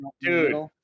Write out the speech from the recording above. dude